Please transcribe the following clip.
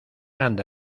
anda